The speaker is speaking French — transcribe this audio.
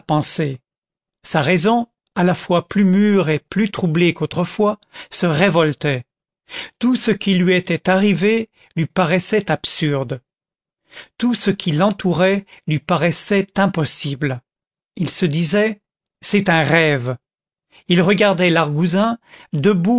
sa raison à la fois plus mûre et plus troublée qu'autrefois se révoltait tout ce qui lui était arrivé lui paraissait absurde tout ce qui l'entourait lui paraissait impossible il se disait c'est un rêve il regardait l'argousin debout